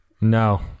No